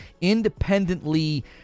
independently